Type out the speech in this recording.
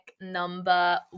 number